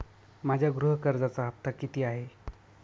माझ्या गृह कर्जाचा हफ्ता किती आहे?